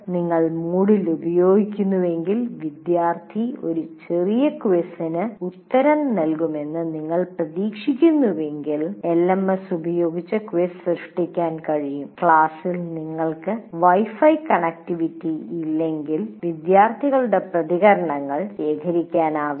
നിങ്ങൾ MOODLE ഉപയോഗിക്കുന്നുണ്ടെങ്കിൽ വിദ്യാർത്ഥി ഒരു ചെറിയ ക്വിസിന് ഉത്തരം നൽകുമെന്ന് നിങ്ങൾ പ്രതീക്ഷിക്കുന്നുവെങ്കിൽ LMS ഉപയോഗിച്ച് ക്വിസ് സൃഷ്ടിക്കാൻ കഴിയും ക്ലാസ്സിൽ നിങ്ങൾക്ക് Wi Fi കണക്റ്റിവിറ്റി ഇല്ലെങ്കിൽ വിദ്യാർത്ഥികളുടെ പ്രതികരണങ്ങൾ ശേഖരിക്കാനാവില്ല